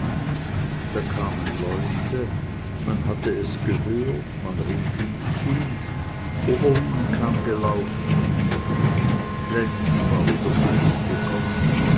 da kamen leute man hatte es gehört man rief ihm zu oberlin kam gelaufen lenz war wieder zu sich gekommen